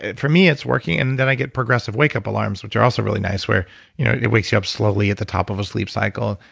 for me it's working, and then i get progressive wake up alarms, which are also really nice, where you know it wakes you up slowly at the top of a sleep cycle.